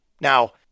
Now